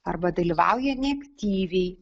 arba dalyvauja neaktyviai